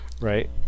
right